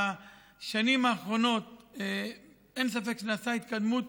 שבשנים האחרונות אין ספק שנעשתה התקדמות